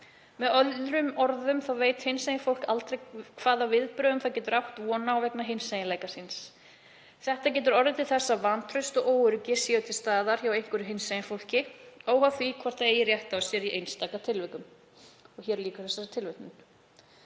Með öðrum orðum þá veit hinsegin fólk aldrei hvaða viðbrögðum það getur átt von á vegna hinseginleika síns. Þetta getur orðið til þess að vantraust og óöryggi sé til staðar hjá einhverju hinsegin fólki, óháð því hvort það eigi rétt á sér í einstaka tilvikum.“ Eins og komið hefur